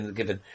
given